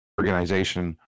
organization